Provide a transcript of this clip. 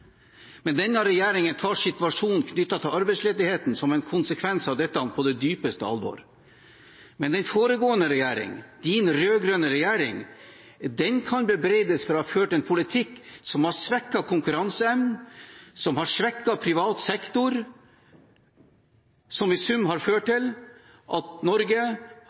men denne regjeringen tar situasjonen knyttet til arbeidsledigheten som en konsekvens av dette på det dypeste alvor. Den foregående regjering, representantens rød-grønne regjering, kan bebreides for å ha ført en politikk som har svekket konkurranseevnen, som har svekket privat sektor, som i sum har ført til at Norge